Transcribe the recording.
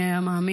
מי היה מאמין,